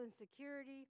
insecurity